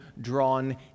drawn